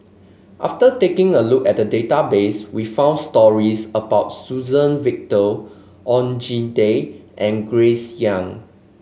after taking a look at the database we found stories about Suzann Victor Oon Jin Teik and Grace Young